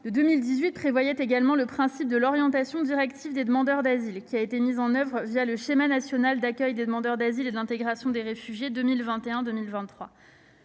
de 2018 prévoyait également le principe de l'orientation directive des demandeurs d'asile, laquelle a été mise en oeuvre le schéma national d'accueil des demandeurs d'asile et d'intégration des réfugiés (Snadar) 2021-2023.